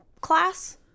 class